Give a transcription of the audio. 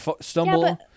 stumble